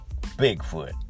Bigfoot